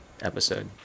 episode